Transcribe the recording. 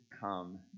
come